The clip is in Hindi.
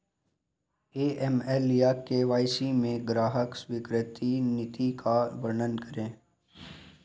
ए.एम.एल या के.वाई.सी में ग्राहक स्वीकृति नीति का वर्णन करें?